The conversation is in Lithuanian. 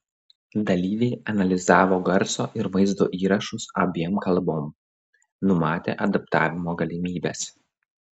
dalyviai analizavo garso ir vaizdo įrašus abiem kalbom numatė adaptavimo galimybes